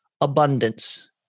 Abundance